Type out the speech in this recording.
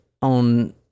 On